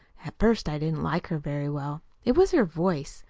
at first i didn't like her very well. it was her voice,